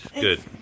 good